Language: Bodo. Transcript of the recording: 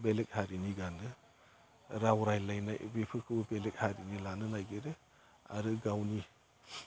बेलेक हारिनि गानो राव रायज्लायनाय बेफोरखौबो बेलेक हारिनि लानो नायगिरो आरो गावनि